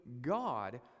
God